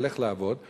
לך לעבוד,